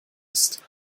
ist